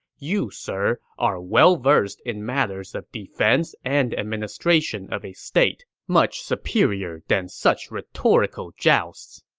you, sir, are well-versed in matters of defense and administration of a state, much superior than such rhetorical jousts.